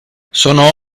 sono